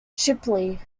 shipley